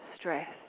Stress